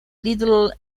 little